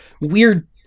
weird